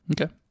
Okay